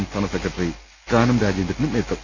സംസ്ഥാന സെക്രട്ടറി കാനം രാജേന്ദ്രനുമെത്തും